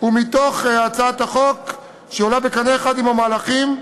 ומפני שהצעת החוק עולה בקנה אחד עם המהלכים,